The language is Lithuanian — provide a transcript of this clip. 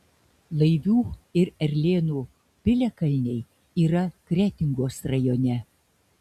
laivių ir erlėnų piliakalniai yra kretingos rajone